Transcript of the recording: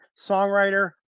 songwriter